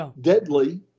deadly